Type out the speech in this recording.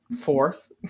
Fourth